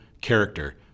character